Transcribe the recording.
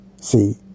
See